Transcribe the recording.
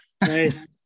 nice